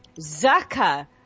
Zaka